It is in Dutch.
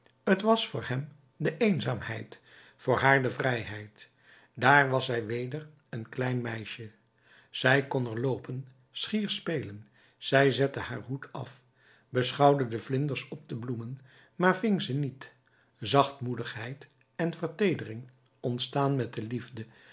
t was voor hem de eenzaamheid voor haar de vrijheid daar was zij weder een klein meisje zij kon er loopen schier spelen zij zette haar hoed af beschouwde de vlinders op de bloemen maar ving ze niet zachtmoedigheid en verteedering ontstaan met de liefde